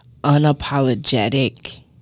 unapologetic